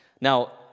Now